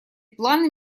планы